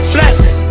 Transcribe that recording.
Blessings